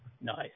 Nice